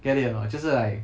get it anot 就是 like